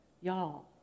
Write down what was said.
y'all